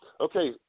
Okay